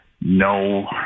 no